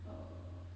uh